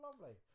lovely